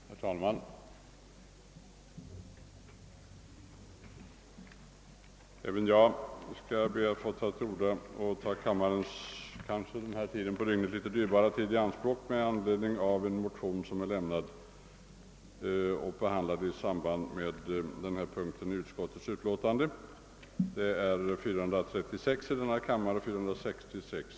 Herr talman! Även jag ber att få ta kammarens vid denna timme på dygnet litet dyrbara tid i anspråk för att säga något om ett motionspar som behandlats i samband med denna punkt i utskottets förevarande utlåtande, nämligen motionerna I:466 och II:436.